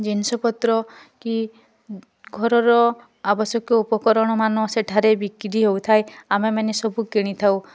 ଜିନଷପତ୍ର କି ଉଁ ଘରର ଆବଶ୍ୟକ ଉପକରଣ ମାନ ସେଠାରେ ବିକ୍ରି ହେଉଥାଏ ଆମେମାନେ ସବୁ କିଣିଥାଉ